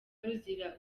ruzira